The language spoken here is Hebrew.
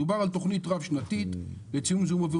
מדובר בתוכנית רב-שנתית לצמצום זיהום אוויר